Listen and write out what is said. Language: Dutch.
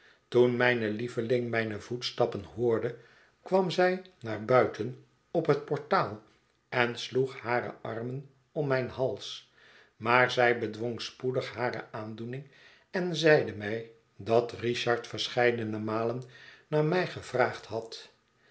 toen mijne lieveling mijne voetstappen hoorde kwam zij naar buiten op het portaal en sloeg hare armen om mijn hals maar zij bedwong spoedig hare aandoening en zeide mij dat richard verscheidene malen naar mij gevraagd had